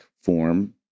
form